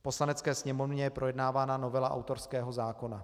V Poslanecké sněmovně je projednávána novela autorského zákona.